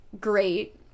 great